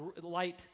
light